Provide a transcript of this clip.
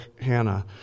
Hannah